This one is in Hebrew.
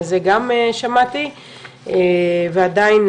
זה גם שמעתי ועדיין,